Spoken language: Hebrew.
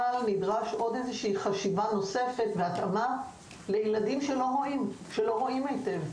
אבל נדרשת עוד איזה שהיא חשיבה נוספת והתאמה לילדים שלא רואים היטב,